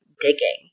digging